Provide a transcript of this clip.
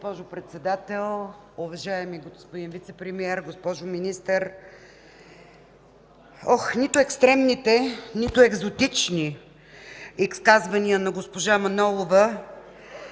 госпожо Председател, уважаеми господин Вицепремиер, госпожо Министър! Нито екстремните, нито екзотични изказвания на госпожа Манолова